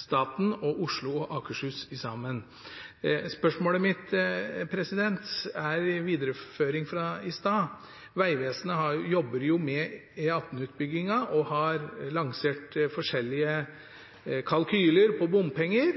staten, Oslo og Akershus sammen. Spørsmålet mitt er en videreføring fra i stad. Vegvesenet jobber med E18-utbyggingen og har lansert forskjellige kalkyler for bompenger.